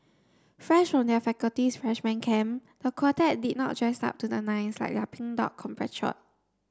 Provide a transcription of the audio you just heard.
fresh from their faculty's freshman camp the quartet did not dress up to the nines like their Pink Dot compatriot